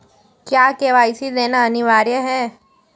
क्या के.वाई.सी देना अनिवार्य है?